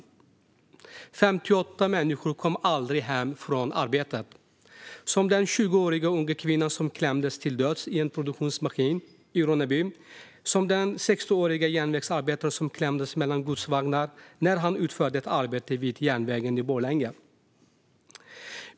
Det var 58 människor som aldrig kom hem från arbetet - som den 20-åriga unga kvinna som klämdes till döds i en produktionsmaskin i Ronneby eller den 60-åriga järnvägsarbetare som klämdes mellan godsvagnar när han utförde ett arbete vid järnvägen i Borlänge.